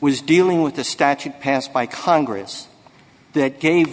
was dealing with the statute passed by congress that gave